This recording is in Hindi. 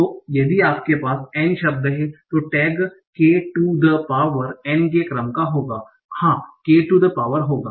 तो यदि आपके पास N शब्द हैं तो tag k to the power n के क्रम का होगा हाँ k टु द पावर होंगा